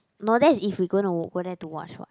no that's if we going to go there to watch what